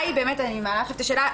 אני מעלה עכשיו את השאלה,